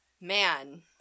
man